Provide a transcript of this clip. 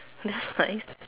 that's nice